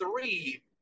three